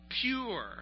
pure